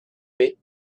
bit